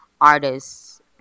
artists